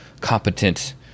competent